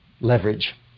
leverage